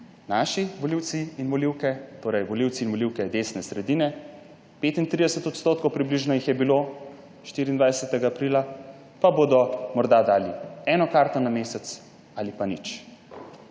torej volivci in volivke desne sredine, 35 % približno jih je bilo 24. aprila, pa bodo morda dali eno karto na mesec ali pa nič.